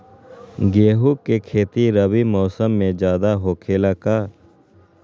गेंहू के खेती रबी मौसम में ज्यादा होखेला का?